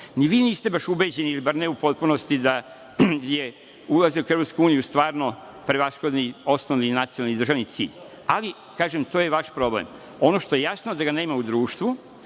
Ni vi niste baš ubeđeni, bar ne u potpunosti, da je ulazak u Evropsku uniju stvarno prevashodno osnovni nacionalni i državni cilj. Ali, kažem, to je vaš problem. Ono što je jasno je da ga nema u društvu,